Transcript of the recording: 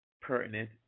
pertinent